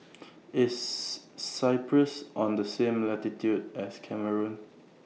IS Cyprus on The same latitude as Cameroon